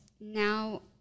now